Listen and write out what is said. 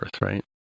right